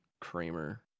Kramer